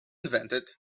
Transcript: invented